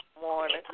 morning